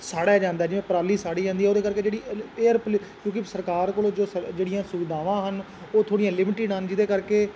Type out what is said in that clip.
ਸਾੜਿਆ ਜਾਂਦਾ ਜਿਵੇਂ ਪਰਾਲੀ ਸਾੜੀ ਜਾਂਦੀ ਹੈ ਉਹਦੇ ਕਰਕੇ ਜਿਹੜੀ ਏਅਰ ਪਲਿ ਕਿਉਂਕਿ ਸਰਕਾਰ ਕੋਲੋਂ ਜੋ ਸ ਜਿਹੜੀਆਂ ਸੁਵਿਧਾਵਾਂ ਹਨ ਉਹ ਥੋੜ੍ਹੀਆਂ ਲਿਮਿਟਡ ਹਨ ਜਿਹਦੇ ਕਰਕੇ